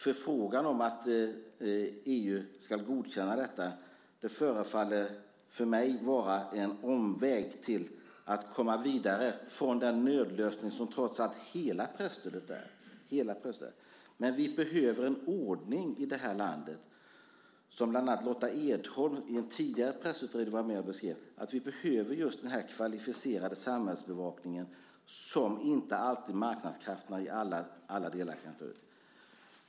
Förfrågan om att EU ska godkänna detta förefaller mig vara en omväg när det gäller att komma vidare från den nödlösning som trots allt hela presstödet är. Men vi behöver en ordning i det här landet som bland annat Lotta Edholm i en tidigare pressutredning var med och beskrev. Vi behöver just den kvalificerade samhällsbevakning som marknadskrafterna inte alltid i alla delar kan ta upp.